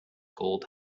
gold